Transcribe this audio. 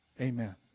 Amen